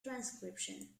transcription